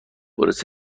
برس